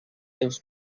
teus